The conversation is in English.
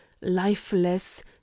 lifeless